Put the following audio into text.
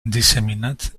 disseminat